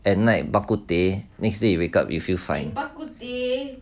at night bak kut teh next day wake up you feel fine